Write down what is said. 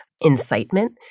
incitement